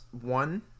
one